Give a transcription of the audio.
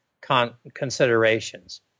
considerations